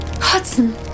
Hudson